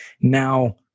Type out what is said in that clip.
now